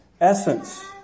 essence